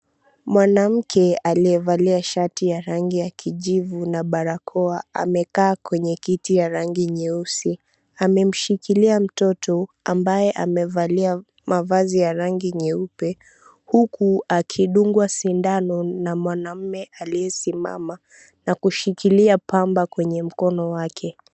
Mwanamke aliyevalia shati ya rangi ya kijivu na barakoa amekaa kwenye kiti ya rangi nyeusi, amemshikilia mtoto ambaye amevalia mavazi ya rangi nyeupe huku akidungwa sindano na mwanaume aliyesimama na kushikilia pamba kwenye mkono wake.